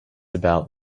about